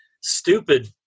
stupid